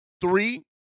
three